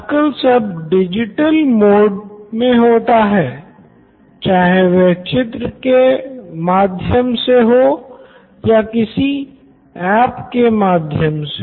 आजकल सब digital mode के माध्यम से